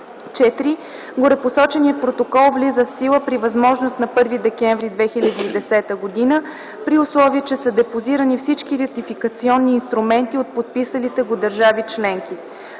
IV. Горепосоченият Протокол влиза в сила, при възможност, на 1 декември 2010 г., при условие че са депозирани всички ратификационни инструменти от подписалите го държави членки.